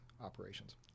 operations